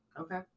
Okay